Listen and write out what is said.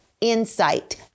insight